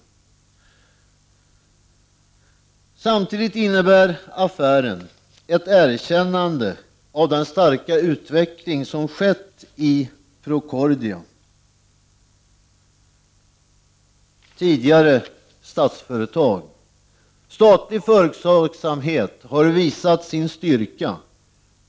13 december 1989 Samtidigt innebär affären ett erkännande av den starka utveckling Som Am soma skett i Procordia, tidigare Statsföretag. Statlig företagsamhet har visat sin styrka.